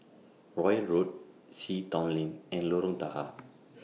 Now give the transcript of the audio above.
Royal Road Sea Town Lane and Lorong Tahar